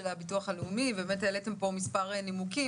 הביטוח הלאומי והעליתם פה מספר נימוקים,